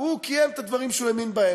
הוא קיים את הדברים שהוא האמין בהם.